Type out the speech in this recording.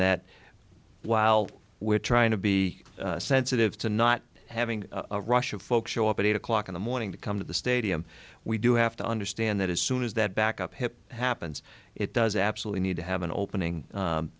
that while we're trying to be sensitive to not having a rush of folks show up at eight o'clock in the morning to come to the stadium we do have to understand that as soon as that backup hip happens it does absolutely need to have an opening